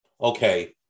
Okay